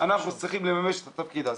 אנחנו צריכים לממש את התפקיד הזה.